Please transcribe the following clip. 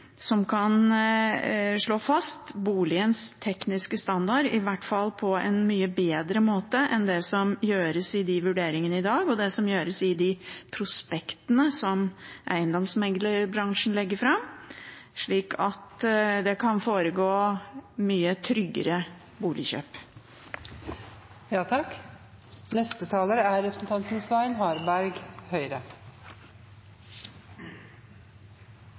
som kan slå fast boligens tekniske standard – i hvert fall på en mye bedre måte enn de vurderingene som gjøres i dag, og det som gjøres i de prospektene som eiendomsmeglerbransjen legger fram – slik at det kan foregå mye tryggere boligkjøp. I denne saken er